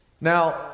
Now